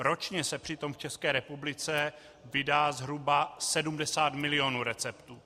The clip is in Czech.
Ročně se přitom v České republice vydá zhruba 70 milionů receptů.